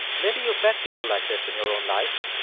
maybe you've met people like this in your own life.